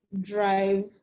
drive